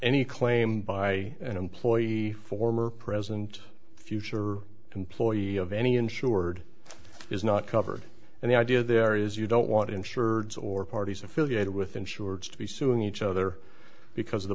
any claim by an employee former present future employee of any insured is not covered and the idea there is you don't want insured or parties affiliated with insurance to be suing each other because of the